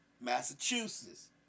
Massachusetts